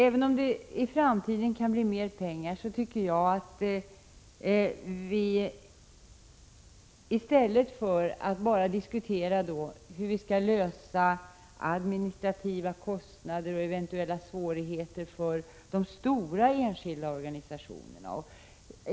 Även om det i framtiden kan bli mer pengar, så tycker jag inte att vi bara skall diskutera hur vi skall klara administrativa problem och andra svårigheter för de stora enskilda organisationerna.